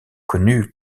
connu